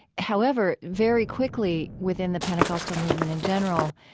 however, very quickly, within the pentecostal movement in general,